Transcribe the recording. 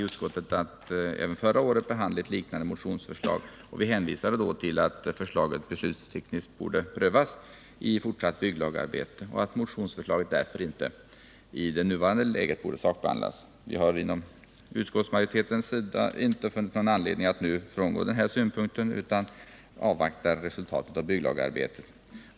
Utskottet hade även förra året att behandla ett liknande motionsförslag och hänvisade då till att förslaget beslutstekniskt borde prövas i det fortsatta bygglagarbetet och att motionsförslaget därför inte i nuvarande läge borde sakbehandlas. Vi har inom utskottsmajoriteten inte funnit någon anledning att nu frångå denna synpunkt, utan vi vill avvakta resultatet av bygglagarbetet.